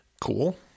cool